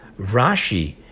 Rashi